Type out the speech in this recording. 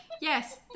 Yes